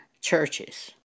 churches